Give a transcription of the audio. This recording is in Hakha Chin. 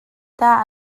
dah